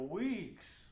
weeks